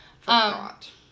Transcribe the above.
Forgot